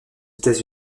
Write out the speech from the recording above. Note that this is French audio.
états